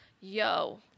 Yo